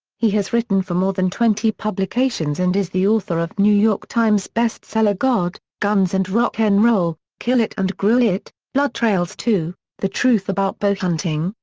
he has written for more than twenty publications and is the author of new york times best seller god, guns and rock n roll, kill it and grill it, bloodtrails ii the truth about bowhunting,